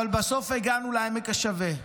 אבל בסוף הגענו לעמק השווה.